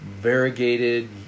variegated